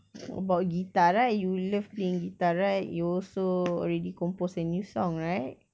about guitar right you love playing guitar right you also already composed a new song right